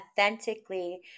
authentically